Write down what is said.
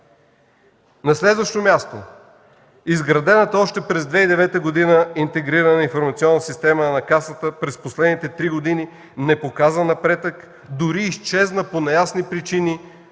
На следващо място: изградената още през 2009 г. интегрирана информационна система на Касата през последните три години не показа напредък, дори изчезна по неясни причини